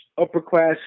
upper-class